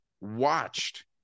watched